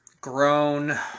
Grown